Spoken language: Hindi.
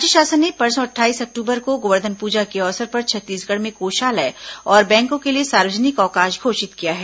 राज्य शासन ने परसों अट्ठाईस अक्टूबर को गोवर्धन प्रजा के अवसर पर छत्तीसगढ़ में कोषालय और बैंकों के लिए सार्वजनिक अवकाश घोषित किया है